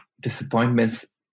disappointments